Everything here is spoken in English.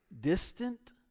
distant